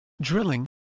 drilling